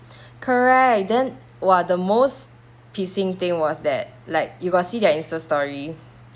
correct then !wah! the most pissing thing was that like you got see their Insta~ story